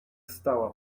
stała